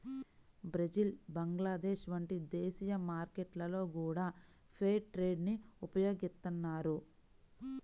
Brazil Bangladesh వంటి దేశీయ మార్కెట్లలో గూడా ఫెయిర్ ట్రేడ్ ని ఉపయోగిత్తన్నారు